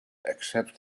except